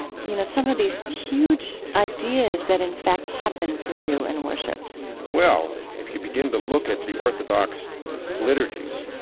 you know, some of these huge ideas that, in fact, happen for you in worship well, if you begin to look at the orthodox liturgies,